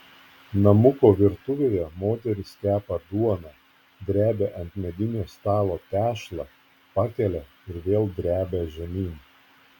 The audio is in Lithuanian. namuko virtuvėje moteris kepa duoną drebia ant medinio stalo tešlą pakelia ir vėl drebia žemyn